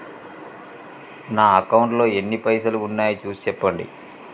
నా అకౌంట్లో ఎన్ని పైసలు ఉన్నాయి చూసి చెప్పండి?